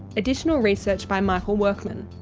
additional research by michael workman.